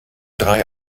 drei